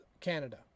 Canada